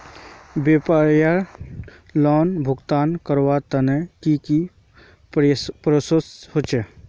व्यवसाय लोन भुगतान करवार तने की की प्रोसेस होचे?